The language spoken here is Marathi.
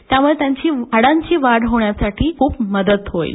त्यामुळे त्यांची हाडांची वाढ होण्यासाठी मदत होईल